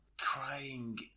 crying